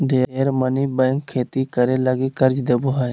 ढेर मनी बैंक खेती करे लगी कर्ज देवो हय